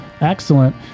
excellent